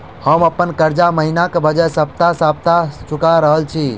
हम अप्पन कर्जा महिनाक बजाय सप्ताह सप्ताह चुका रहल छि